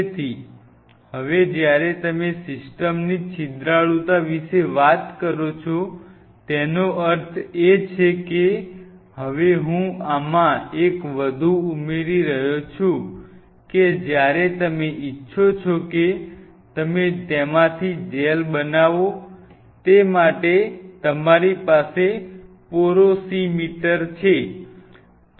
તેથી હવે જ્યારે તમે સિસ્ટમની છિદ્રાળુતા વિશે વાત કરો છો તેનો અર્થ એ છે કે હવે હું આમાં એક વધુ ઉમેરી રહ્યો છું કે જ્યારે તમે ઇચ્છો કે તમે તેમાંથી જેલ બનાવો તે માટે તમારી પાસે પોરોસીમીટર છે